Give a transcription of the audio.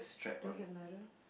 does it matter